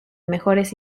mejores